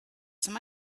some